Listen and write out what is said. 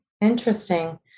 Interesting